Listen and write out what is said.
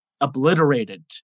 obliterated